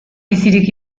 bizirik